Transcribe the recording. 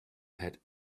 had